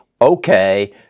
okay